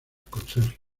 conserje